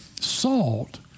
Salt